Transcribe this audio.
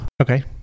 Okay